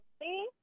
See